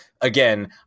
again